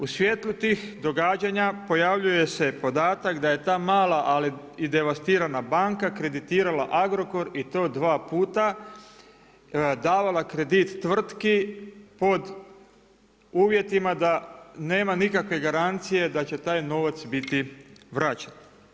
U svjetlu tih događanja pojavljuje se podatak da je ta mala ali i devastirana banka kreditirala Agrokor i to dva puta, davala kredit tvrtki pod uvjetima da nema nikakve garancije da će taj novac biti vraćen.